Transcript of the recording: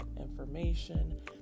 information